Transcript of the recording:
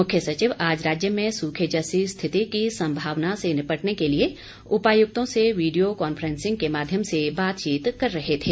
मुख्य सचिव आज राज्य में सूखे जैसी स्थिति की संभावना से निपटने के लिए उपायुक्तों से वीडियो कांफ्रेसिंग के माध्यम से बातचीत कर रहे थे